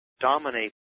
dominate